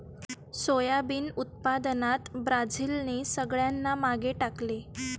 soybean उत्पादनात ब्राझीलने सगळ्यांना मागे टाकले